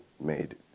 made